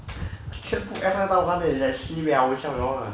全部 F nine 到完 leh sibeh siao [one]